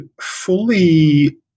fully